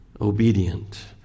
Obedient